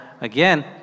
Again